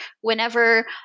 whenever